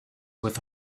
with